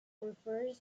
refers